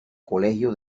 colegio